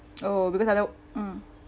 oh because I don't mm